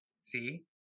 See